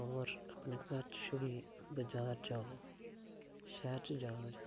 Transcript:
होर अपने घर च छुड़ी बजार जाओ शैह्र च जाओ